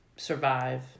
Survive